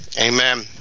Amen